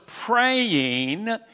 praying